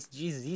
diz